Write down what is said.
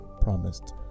promised